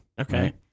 Okay